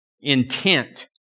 intent